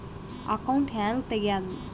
Account ಹ್ಯಾಂಗ ತೆಗ್ಯಾದು?